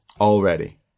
already